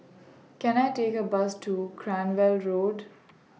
Can I Take A Bus to Cranwell Road